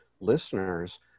listeners